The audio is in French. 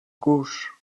gauche